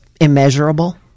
immeasurable